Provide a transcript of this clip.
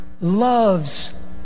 loves